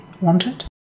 wanted